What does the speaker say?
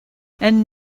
and